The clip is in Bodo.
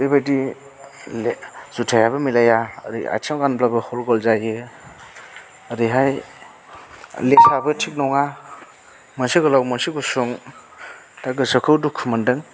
बे बायदि जुथायाबो मिलाया ओरै आथिङाव गानब्लाबो हल गल जायो ओरैहाय लेसफ्राबो थिक नङा मोनसे गोलाव मोनसे गुसुं दा गोसोखौ दुखु मोनदों